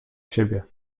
siebie